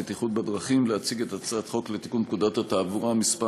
עוברים להצעת חוק לתיקון פקודת התעבורה (מס'